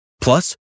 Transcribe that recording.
Plus